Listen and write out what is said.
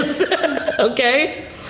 Okay